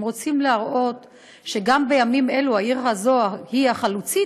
הם רוצים להראות שגם בימים אלה העיר הזו היא חלוצית,